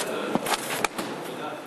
בסדר, אין לי בעיה.